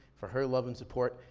for her love and support,